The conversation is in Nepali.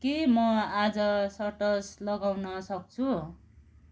के म आज सर्ट्स लगाउन सक्छु